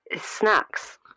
Snacks